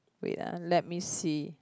wait ah let me see